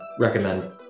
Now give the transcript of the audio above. recommend